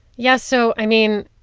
yeah. so, i mean,